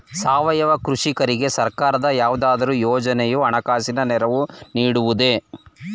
ಸಾವಯವ ಕೃಷಿಕರಿಗೆ ಸರ್ಕಾರದ ಯಾವುದಾದರು ಯೋಜನೆಯು ಹಣಕಾಸಿನ ನೆರವು ನೀಡುವುದೇ?